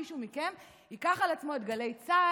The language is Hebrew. מישהו מכם ייקח על עצמו את גלי צה"ל,